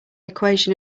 equation